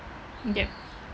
yup